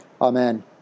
Amen